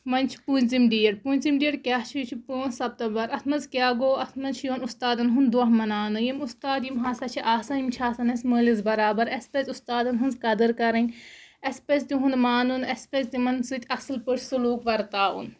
وۄنۍ چھُ پونٛژِم ڈیٹ پونٛژِم ڈیٹ کیٛاہ چھُ یہِ چھِ پانٛژھ سپتمبر اَتھ منٛز کیٛاہ گوٚو اَتھ منٛز چھِ یِوان اُستادَن ہُنٛد دۄہ مَناونہٕ یِم اُستاد یِم ہَسا چھِ آسان یِم چھِ اَسہِ مٲلِس بَرابَر اَسہِ پَزِ اُستادَن ہٕنٛز قدر کَرٕنۍ اَسہِ پَزِ تِہُنٛد مانُن اَسہِ پَزِ تِمَن سۭتۍ اَصٕل پٲٹھۍ سلوٗک وَرتاوُن